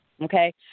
Okay